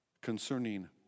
concerning